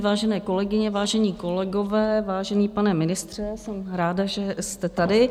Vážené kolegyně, vážení kolegové, vážený pane ministře, jsem ráda, že jste tady.